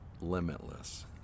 limitless